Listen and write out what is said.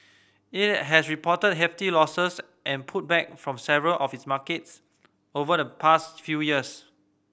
it has reported hefty losses and pulled back from several of its markets over the past few years